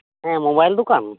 ᱦᱮᱸ ᱢᱚᱵᱟᱭᱤᱞ ᱫᱚᱠᱟᱱ